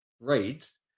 reads